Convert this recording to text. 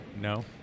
No